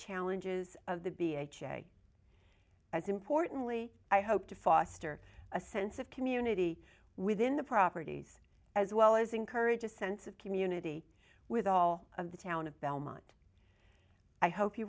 challenges of the b h a as importantly i hope to foster a sense of community within the properties as well as encourage a sense of community with all of the town of belmont i hope you